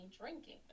drinking